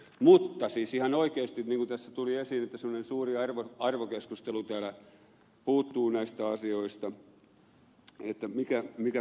mutta siis ihan oikeasti niin kuin tässä tuli esiin semmoinen suuri arvokeskustelu täällä puuttuu näistä asioista